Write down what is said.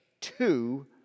two